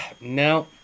No